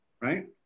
right